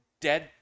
dead